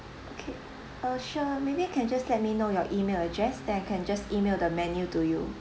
okay uh sure maybe you can just let me know your email address then I can just email the menu to you